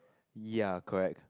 ya correct